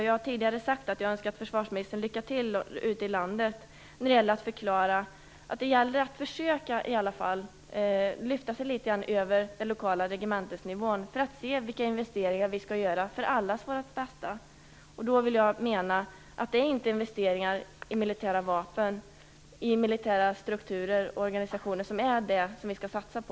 Jag har tidigare sagt att jag önskar försvarsministern lycka till ute i landet när han skall förklara att det gäller att försöka lyfta sig litet över den lokala regementesnivån för att se vilka investeringar vi skall göra för allas vårt bästa. Det är inte investeringar i militära vapen, strukturer och organisationer som är det som vi skall satsa på.